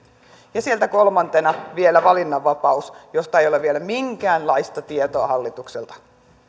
ja sieltä kolmantena vielä valinnanvapaus josta ei ole vielä minkäänlaista tietoa hallitukselta